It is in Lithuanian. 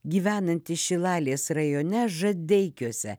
gyvenantį šilalės rajone žadeikiuose